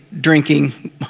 drinking